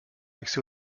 accès